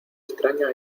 extraña